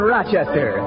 Rochester